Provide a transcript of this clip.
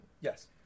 Yes